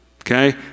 okay